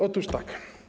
Otóż tak.